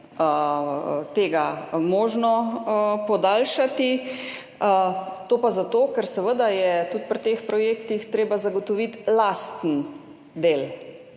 tega možno podaljšati. To pa zato, ker je tudi pri teh projektih treba zagotoviti lasten del.